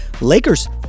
Lakers